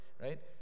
right